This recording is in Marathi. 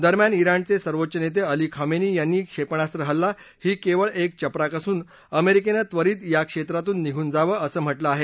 दरम्यान त्राणचे सर्वोच्च नेते अली खामेनी यांनी क्षेपणास्त्र हल्ला ही केवळ एक चपराक असून अमेरिकेनं त्वरीत त्या क्षेत्रातून निघून जावं असं म्हा झें आहे